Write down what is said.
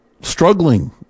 struggling